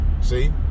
See